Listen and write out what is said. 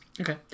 Okay